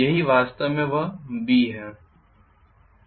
यही वास्तव में वह B है